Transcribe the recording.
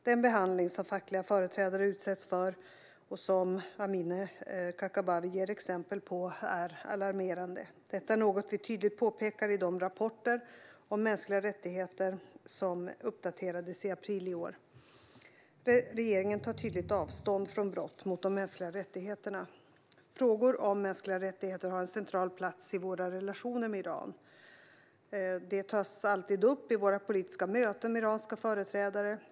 Den behandling som fackliga företrädare utsätts för, och som Amineh Kakabaveh ger exempel på, är alarmerande. Detta är något vi tydligt påpekar i de rapporter om mänskliga rättigheter som uppdaterades i april i år. Regeringen tar tydligt avstånd från brott mot de mänskliga rättigheterna. Frågor om mänskliga rättigheter har en central plats i våra relationer med Iran och tas alltid upp i våra politiska möten med iranska företrädare.